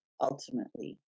ultimately